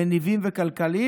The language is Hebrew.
מניבים וכלכליים,